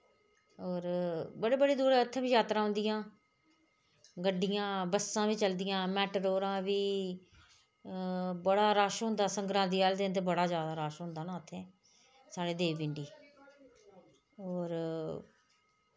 और बड़े बड़े दुरा ई इत्थै बी जात्तरां औंदियां गड्डियां बसें बी चलदियां मैटाडोरें बी बड़ा रश होंदा संगरांदी आह्सै दिन ते बड़ा रश न इत्थै साढ़े देवी पिण्डी और